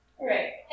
Right